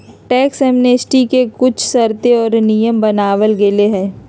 tax amnesty के कुछ शर्तें और नियम बनावल गयले है